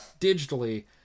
Digitally